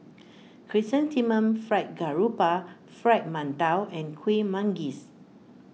Chrysanthemum Fried Garoupa Fried Mantou and Kueh Manggis